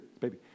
baby